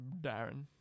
Darren